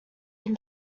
can